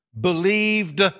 believed